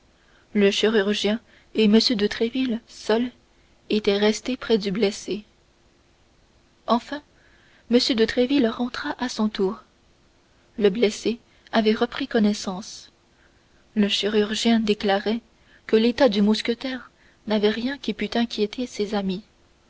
le chirurgien et m de tréville seuls étaient restés près du blessé enfin m de tréville rentra à son tour le blessé avait repris connaissance le chirurgien déclarait que l'état du mousquetaire n'avait rien qui pût inquiéter ses amis